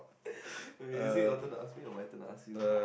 okay is it your turn to ask me or my turn to ask you